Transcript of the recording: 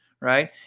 right